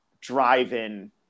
drive-in